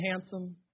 handsome